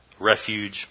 refuge